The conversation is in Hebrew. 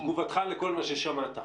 תגובתך לכל מה ששמעת.